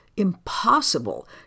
impossible